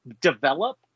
develop